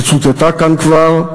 שצוטטה כאן כבר,